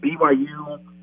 BYU